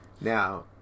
now